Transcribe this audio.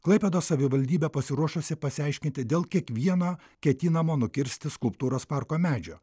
klaipėdos savivaldybė pasiruošusi pasiaiškinti dėl kiekvieno ketinamo nukirsti skulptūros parko medžio